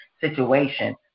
situation